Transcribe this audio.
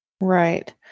Right